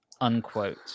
Unquote